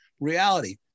reality